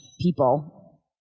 people